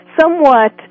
somewhat